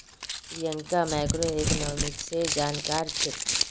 प्रियंका मैक्रोइकॉनॉमिक्सेर जानकार छेक्